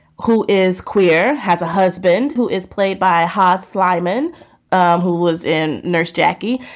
who is queer, has a husband who is played by half slimane, um who was in nurse jackie.